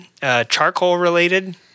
charcoal-related